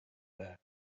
there